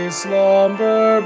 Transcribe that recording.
slumber